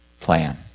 plan